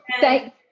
thank